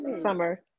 summer